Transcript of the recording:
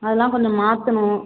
அதெலாம் கொஞ்சம் மாற்றணும்